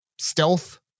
stealth